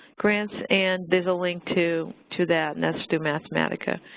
and there's a link to to that. and that's through mathematica.